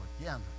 again